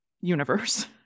universe